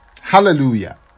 Hallelujah